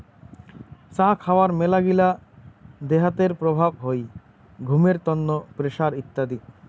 চা খাওয়ার মেলাগিলা দেহাতের প্রভাব হই ঘুমের তন্ন, প্রেসার ইত্যাদি